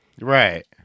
right